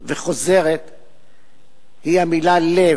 היא המלה "לב":